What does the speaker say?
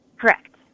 correct